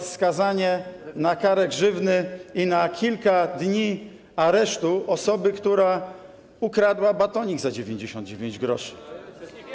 Np. skazanie na karę grzywny i na kilka dni aresztu osoby, która ukradła batonik za 99 gr.